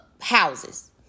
houses